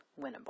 winnable